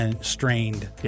strained